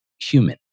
human